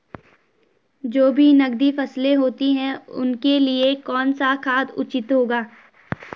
जो भी नकदी फसलें होती हैं उनके लिए कौन सा खाद उचित होगा?